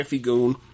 Goon